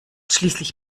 schließlich